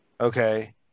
Okay